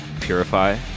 Purify